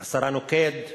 השרה נוקד,